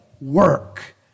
work